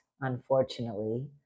unfortunately